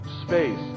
space